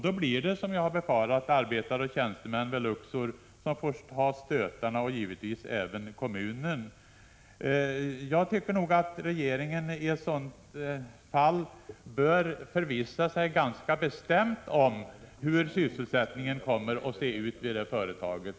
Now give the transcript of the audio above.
Då blir det, som jag har befarat, arbetare och tjänstemän vid Luxor som får ta stötarna — och givetvis även kommunen. Jag tycker att regeringen i ett sådant här fall bör försöka förvissa sig om hur sysselsättningen kommer att se ut vid det företaget.